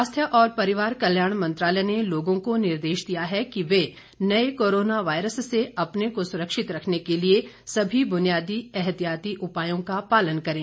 स्वास्थ्य और परिवार कल्याण मंत्रालय ने लोगों को निर्देश दिया है कि वे नये कोरोना वायरस से अपने को सुरक्षित रखने के लिए सभी बुनियादी एहतियाती उपायों का पालन करें